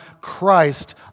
Christ